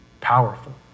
Powerful